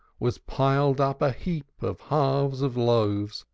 was piled up a heap of halves of loaves,